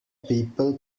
people